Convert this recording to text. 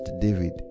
David